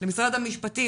למשרד המשפטים,